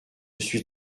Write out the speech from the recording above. suis